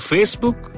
Facebook